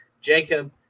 Jacob